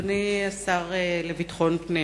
אדוני השר לביטחון פנים,